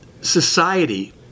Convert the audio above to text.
society